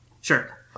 Sure